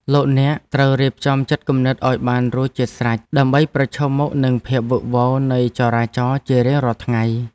លោកអ្នកត្រូវរៀបចំចិត្តគំនិតឱ្យបានរួចជាស្រេចដើម្បីប្រឈមមុខនឹងភាពវឹកវរនៃចរាចរណ៍ជារៀងរាល់ថ្ងៃ។